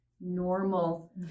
normal